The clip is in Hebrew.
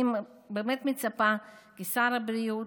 אני באמת מצפה ששר הבריאות,